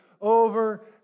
over